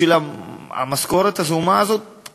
בשביל המשכורת הזעומה הזאת,